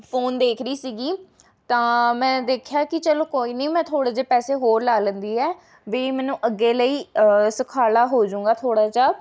phone ਦੇਖ ਰਹੀ ਸੀਗੀ ਤਾਂ ਮੈਂ ਦੇਖਿਆ ਕਿ ਚਲੋ ਕੋਈ ਨਾ ਮੈਂ ਥੋੜ੍ਹੇ ਜਿਹੇ ਪੈਸੇ ਹੋਰ ਲਾ ਲੈਂਦੀ ਹੈ ਵੀ ਮੈਨੂੰ ਅੱਗੇ ਲਈ ਸੌਖਾਲਾ ਹੋਜੂੰਗਾ ਥੋੜ੍ਹਾ ਜਿਹਾ